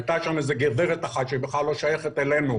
הייתה שם גברת אחת שבכלל לא שייכת אלינו,